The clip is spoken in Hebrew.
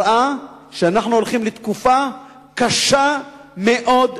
מראות שאנו הולכים לתקופה קשה מאוד.